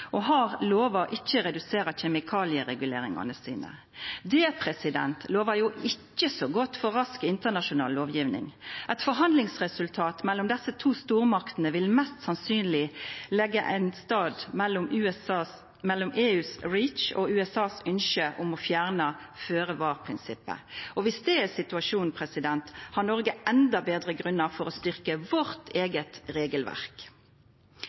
og har lova ikkje å redusera kjemikaliereguleringane sine. Det lovar ikkje så godt for rask internasjonal lovgjeving. Eit forhandlingsresultat mellom desse to stormaktene vil mest sannsynleg liggja ein stad mellom EUs REACH og USAs ønske om å fjerna føre-var-prinsippet. Dersom det er situasjonen, har vi i Noreg endå betre grunnar for å styrkja vårt eige regelverk. Det er viktig med eit styrkt regelverk,